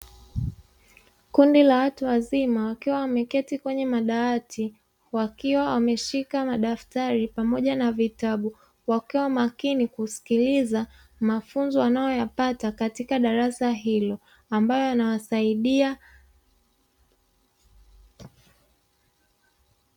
Kundi la watu wazima, wakiwa wameketi kwenye madawati, wakiwa wameshika madaftari pamoja na vitabu, wakiwa makini kusikiliza mafunzo wanayoyapata katika darasa hilo, ambayo yanawasaidia.